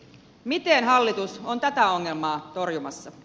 miten hallitus on tätä ongelmaa torjumassa